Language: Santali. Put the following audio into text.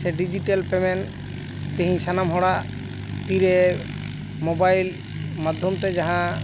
ᱥᱮ ᱰᱤᱡᱤᱭᱮᱞ ᱯᱮᱢᱮᱱᱴ ᱛᱮᱦᱮᱧ ᱥᱟᱱᱟᱢ ᱦᱚᱲᱟᱜ ᱛᱤᱨᱮ ᱢᱚᱵᱟᱭᱤᱞ ᱢᱟᱫᱽᱫᱷᱚᱢᱛᱮ ᱡᱟᱦᱟᱸ